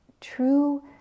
True